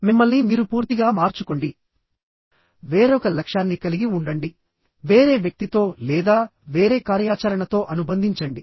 మిమ్మల్ని మీరు పూర్తిగా మార్చుకోండి వేరొక లక్ష్యాన్ని కలిగి ఉండండి వేరే వ్యక్తితో లేదా వేరే కార్యాచరణతో అనుబంధించండి